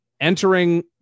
entering